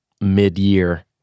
mid-year